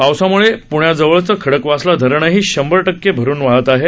पावसामुळे पृण्याजवळचं खडकवासला धरणही शंभर टक्के भरलं आहे